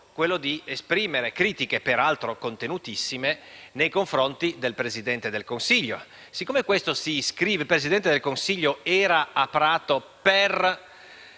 reato esprimere critiche, peraltro contenutissime, nei confronti del Presidente del Consiglio. Siccome il Presidente del Consiglio era a Prato per